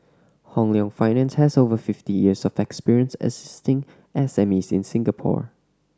Hong Leong Finance has over fifty years of experience assisting S M Es in Singapore